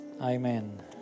Amen